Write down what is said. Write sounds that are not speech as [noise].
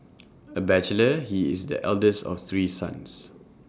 [noise] A bachelor he is the eldest of three sons